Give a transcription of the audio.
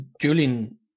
Julian